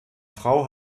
frau